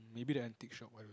maybe the antique shop